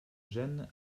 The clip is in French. gênes